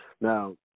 now